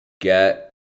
get